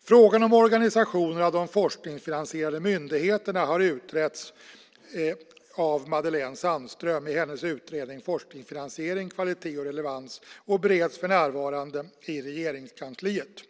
Frågan om organisationen av de forskningsfinansierande myndigheterna har utretts av Madelene Sandström i hennes utredning Forskningsfinansiering - kvalitet och relevans , betänkande SOU 2008:30, och bereds för närvarande i Regeringskansliet.